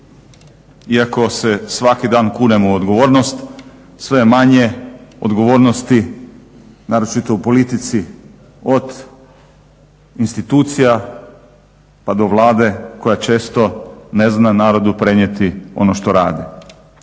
iako se svaki dan kunemo u odgovornost sve je manje odgovornosti naročito u politici od institucija pa do Vlade koja često ne zna narodu prenijeti ono što radi.